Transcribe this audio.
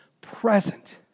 present